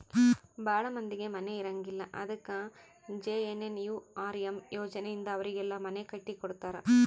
ಭಾಳ ಮಂದಿಗೆ ಮನೆ ಇರಂಗಿಲ್ಲ ಅದಕ ಜೆ.ಎನ್.ಎನ್.ಯು.ಆರ್.ಎಮ್ ಯೋಜನೆ ಇಂದ ಅವರಿಗೆಲ್ಲ ಮನೆ ಕಟ್ಟಿ ಕೊಡ್ತಾರ